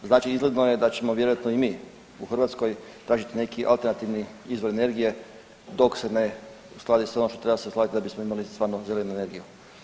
Znači izgledno je da ćemo vjerojatno i mi u Hrvatskoj tražiti neki alternativni izvor energije dok se ne uskladi sve ono što treba se uskladi da bismo imali stvarno zelenu energiju.